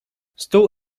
stół